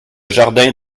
jardin